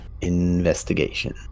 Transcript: Investigation